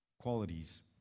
qualities